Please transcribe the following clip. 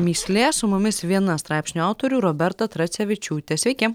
mįslė su mumis viena straipsnio autorių roberta tracevičiūtė sveiki